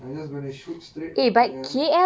I just gonna shoot straight for K_L